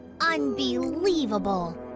Unbelievable